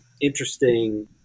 interesting